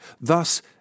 Thus